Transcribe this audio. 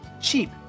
cheap